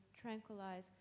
tranquilize